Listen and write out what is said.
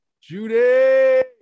Judy